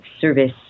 service